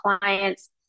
clients